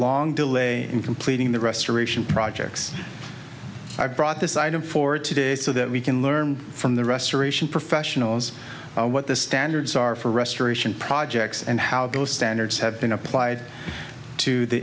long delay in completing the restoration projects i've brought this item for or today so that we can learn from the restoration professionals what the standards are for restoration projects and how those standards have been applied to the